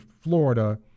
Florida